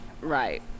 Right